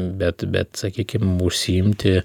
bet bet sakykim užsiimti